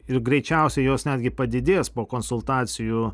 ir greičiausiai jos netgi padidės po konsultacijų